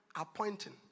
appointing